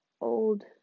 old